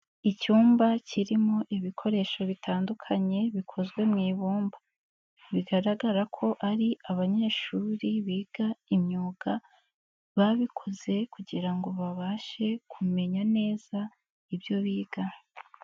Icyumba kirimo ibikoresho bitandukanye bikozwe mu ibumba, bigaragara ko ari abanyeshuri biga imyuga babikoze kugira ngo babashe kumenya neza ibyo biga.